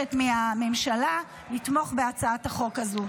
מבקשת מהממשלה לתמוך בהצעת החוק הזו.